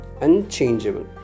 unchangeable